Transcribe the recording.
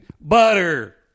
butter